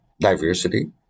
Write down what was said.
Diversity